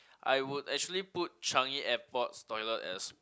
I would actually put Changi-Airport's toilet as